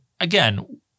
again